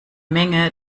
menge